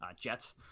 Jets